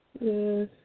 yes